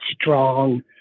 strong